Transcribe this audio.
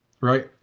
right